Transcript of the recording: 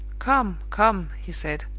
come! come! he said,